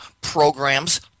programs